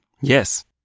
Yes